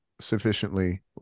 sufficiently